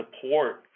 support